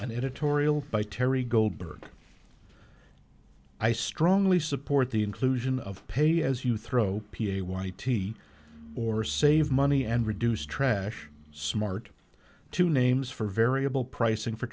and editorial by teri goldberg i strongly support the inclusion of pay as you throw a white t or save money and reduce trash smart to names for variable pricing for